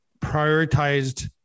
prioritized